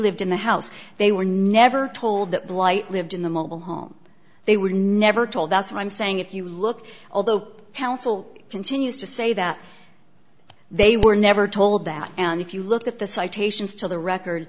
lived in the house they were never told that blight lived in the mobile home they were never told that's what i'm saying if you look although counsel continues to say that they were never told that and if you look at the citations to the record